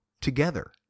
together